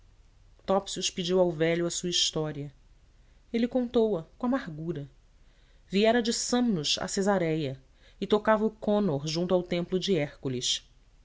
topsius pediu ao velho a sua história ele contou a com amargura viera de samnos a cesaréia e tocava o honnor junto ao templo de hércules